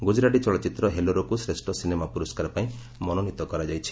ଗୁକୁରାଟି ଚଳଚ୍ଚିତ୍ର ହେଲାରୋକୁ ଶ୍ରେଷ ସିନେମା ପୁରସ୍କାର ପାଇଁ ମନୋନୀତ କରାଯାଇଛି